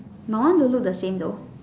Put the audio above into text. my one don't look the same though